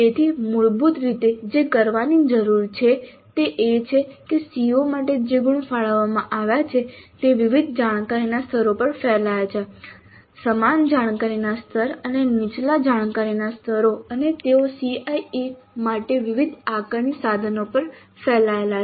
તેથી મૂળભૂત રીતે જે કરવાની જરૂર છે તે એ છે કે CO માટે જે ગુણ ફાળવવામાં આવ્યા છે તે વિવિધ જાણકારીના સ્તરો પર ફેલાયેલા છે સમાન જાણકારીના સ્તર અને નીચલા જાણકારીના સ્તરો અને તેઓ CIE માટે વિવિધ આકારણી સાધનો પર ફેલાયેલા છે